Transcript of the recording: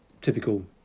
typical